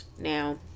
now